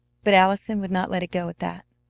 but allison would not let it go at that.